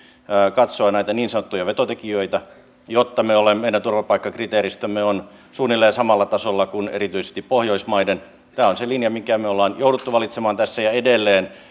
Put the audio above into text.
katsoa näitä niin sanottuja vetotekijöitä jotta meidän turvapaikkakriteeristömme on suunnilleen samalla tasolla kuin erityisesti pohjoismaiden tämä on se linja jonka me olemme joutuneet valitsemaan tässä ja edelleen